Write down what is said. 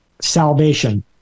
salvation